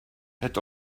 had